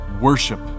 Worship